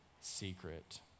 secret